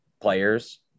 players